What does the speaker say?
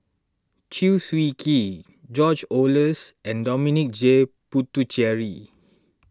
Chew Swee Kee George Oehlers and Dominic J Puthucheary